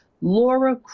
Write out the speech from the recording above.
Laura